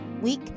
week